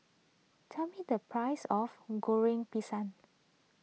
tell me the price of Goreng Pisang